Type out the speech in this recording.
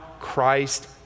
Christ